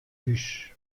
hús